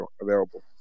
available